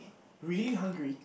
really hungry